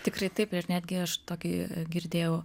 tikrai taip ir netgi aš tokį girdėjau